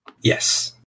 Yes